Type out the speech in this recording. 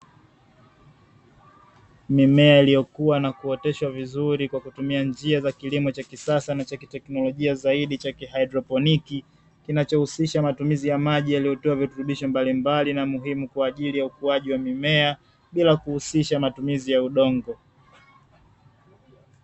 Mimea iliyokua na kuoteshwa vizuri kwa kutumia njia za kilimo cha kisasa na cha kiteknolojia zaidi cha "kihaidroponi, kinachohusisha matumizi ya maji yaliyotiwa virutubisho mbalimbali na muhimu kwa ajili ya ukuaji wa mimea bila kuhusisha matumizi ya udongo.